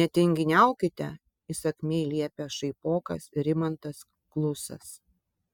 netinginiaukite įsakmiai liepia šaipokas rimantas klusas